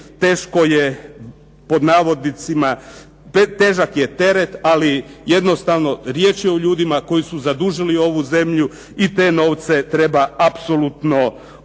teško je, pod navodnicima, težak je teret, ali jednostavno riječ je o ljudima koji su zadužili ovu zemlju i te novce treba apsolutno pronaći.